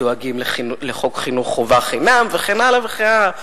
דואגים לחוק חינוך חובה חינם וכן הלאה וכן הלאה.